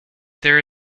there